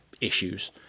issues